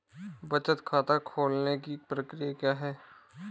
बचत खाता खोलने की प्रक्रिया क्या है?